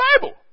Bible